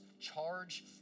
charge